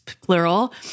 plural